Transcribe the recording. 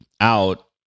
out